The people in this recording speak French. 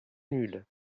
nul